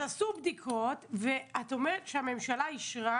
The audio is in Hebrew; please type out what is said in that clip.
אז עשו בדיקות ואת אומרת שהממשלה אישרה